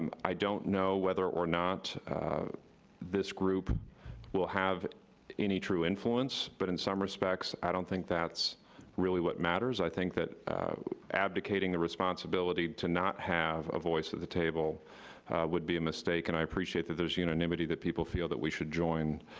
um i don't know whether or not this group will have any true influence, but in some respects, i don't think that's really what matters. i think that advocating a responsibility to not have a voice at the table would be a mistake and i appreciate that there's unanimity that people feel that we should join